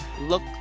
look